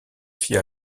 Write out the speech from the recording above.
fit